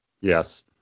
Yes